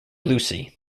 lucy